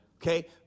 Okay